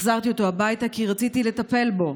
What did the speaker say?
החזרתי אותו הביתה כי רציתי לטפל בו,